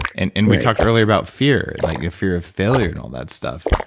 and and we talked earlier about fear, like your fear of failure and all that stuff.